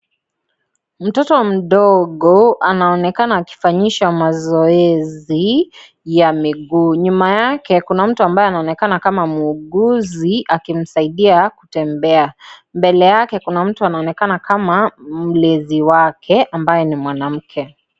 Mtoto mdogo anaonekana akifanyisha mazoezi ya miguu. Nyuma yake kuna mtu ambaye anaonekana kama muuguzi akimsaidia kutembea mbele yake kuna mtu anaonekana kama mlezi wake ambaye ni mwanamke.